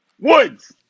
Woods